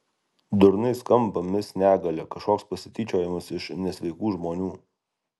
durnai skamba mis negalia kažkoks pasityčiojimas iš nesveikų žmonių